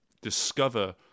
discover